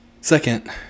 Second